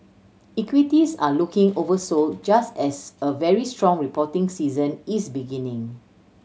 equities are looking oversold just as a very strong reporting season is beginning